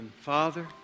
Father